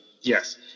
Yes